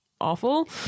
awful